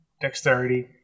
dexterity